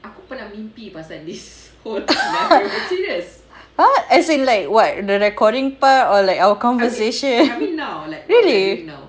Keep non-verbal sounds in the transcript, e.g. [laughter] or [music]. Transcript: [laughs] !huh! as in like what the recording part or like our conversation really